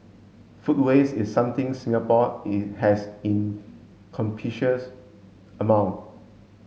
food waste is something Singapore it has in amount